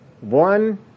One